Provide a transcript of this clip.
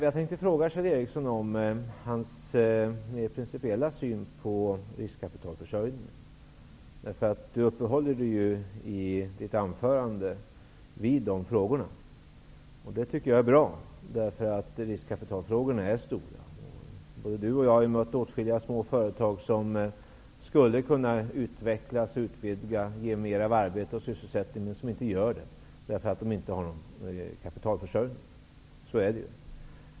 Jag vill fråga Kjell Ericsson om hans mer principiella syn på riskkapitalförsörjningen, eftersom han i sitt anförande uppehåller sig vid dessa frågor. Det tycker jag är bra, därför att riskkapitalfrågorna är stora. Både Kjell Ericsson och jag har kommit i kontakt med åtskilliga små företag som skulle kunna utvecklas, utvidgas och kunna ge mer sysselsättning, men som ändå inte gör det, därför att de inte har någon kapitalförsörjning.